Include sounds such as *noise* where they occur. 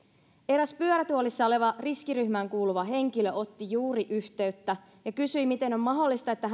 eräs pyörätuolissa oleva riskiryhmään kuuluva henkilö otti juuri yhteyttä ja kysyi miten on mahdollista että *unintelligible*